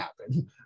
happen